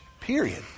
period